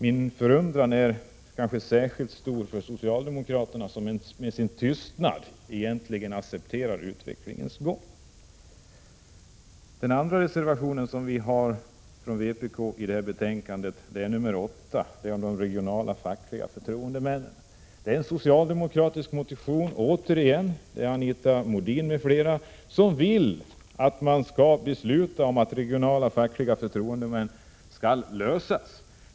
Min förundran är särskilt stor över att socialdemokraterna med sin tystnad egentligen accepterar utvecklingen. Den andra reservationen från vpk, reservation 8, handlar om regionala fackliga förtroendemän. Frågan förs fram i en socialdemokratisk motion från Anita Modin m.fl., som vill att frågan om regionala fackliga förtroendemän skall lösas.